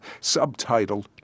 Subtitled